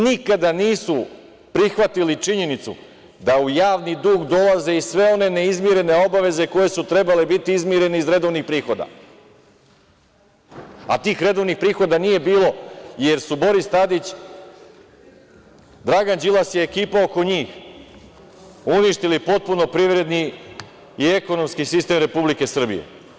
Nikada nisu prihvatili činjenicu da u javni dug dolaze i sve one neizmirene obaveze koje su trebale biti izmirene iz redovnih prihoda, a tih redovnih prihoda nije bilo, jer su Boris Tadić, Dragan Đilas i ekipa oko njih uništili potpuno privredni i ekonomski sistem Republike Srbije.